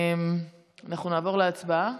אנחנו נעבור להצבעה.